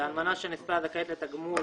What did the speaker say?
לאלמנה של נספה הזכאית לתגמול